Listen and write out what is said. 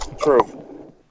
True